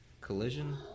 Collision